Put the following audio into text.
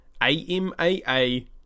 AMAA